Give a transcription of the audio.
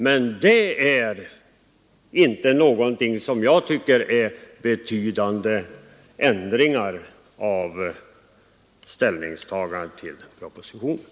Men det innebär inte att vi velat förorda några mer betydande ändringar i propositionen.